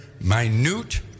minute